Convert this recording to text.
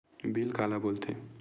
Bill काला बोल थे?